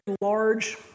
large